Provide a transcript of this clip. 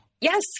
Yes